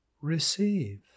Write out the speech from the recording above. receive